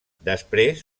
després